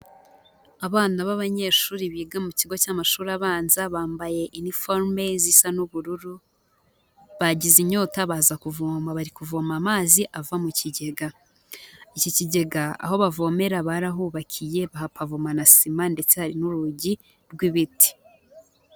Abana b'abanyeshuri biga mu kigo cy'amashuri abanza bambaye iniforume zisa n'ubururu, bagize inyota baza kuvoma. Bari kuvoma amazi ava mu kigega. Iki kigega aho bavomera barahubakiye bahapavoma na sima ndetse hari n'urugi rw'ibiti.